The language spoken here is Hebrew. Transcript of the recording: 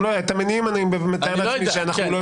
את המניעים אני מתאר לעצמי שאנחנו לא יודעים.